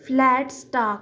flat stock